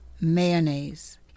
mayonnaise